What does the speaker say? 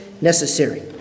necessary